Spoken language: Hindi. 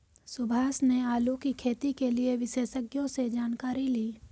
सुभाष ने आलू की खेती के लिए विशेषज्ञों से जानकारी ली